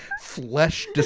flesh